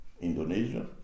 Indonesia